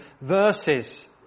verses